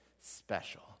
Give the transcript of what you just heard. special